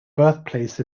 birthplace